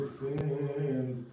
sins